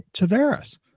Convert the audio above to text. Tavares